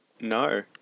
No